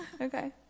Okay